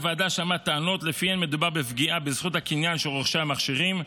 הוועדה שמעה טענות שלפיהן מדובר בפגיעה בזכות הקניין של רוכשי המכשירים,